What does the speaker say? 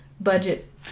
budget